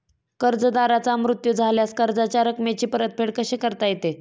कर्जदाराचा मृत्यू झाल्यास कर्जाच्या रकमेची परतफेड कशी करता येते?